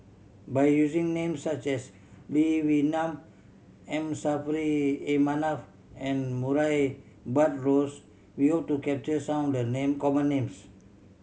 by using names such as Lee Wee Nam M Saffri A Manaf and Murray Buttrose we hope to capture some of the name common names